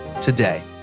today